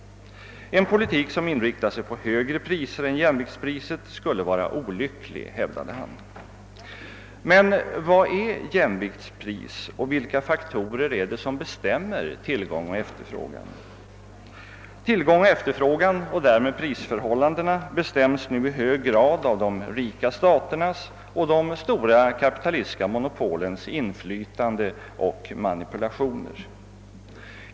En politik som inriktar sig på högre priser än jämviktspriset skulle vara olycklig. Men vad är jämviktspris och vilka faktorer är det som bestämmer tillgång och efterfrågan? Tillgång och efterfrågan och därmed prisförhållandena bestäms nu i hög grad av de rika staternas och de stora kapitalistiska monopolens inflytande och manipulationer.